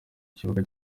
kibuga